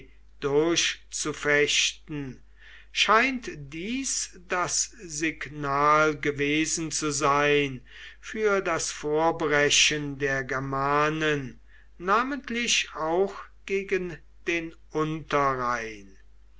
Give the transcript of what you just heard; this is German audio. durchzufechten scheint dies das signal gewesen zu sein für das vorbrechen der germanen namentlich auch gegen den unterrhein